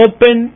Open